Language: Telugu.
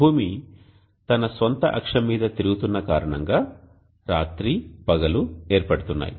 భూమి తన స్వంత అక్షం మీద తిరుగుతున్న కారణంగా రాత్రి పగలు ఏర్పడుతున్నాయి